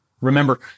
Remember